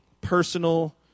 personal